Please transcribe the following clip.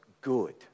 good